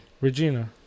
Regina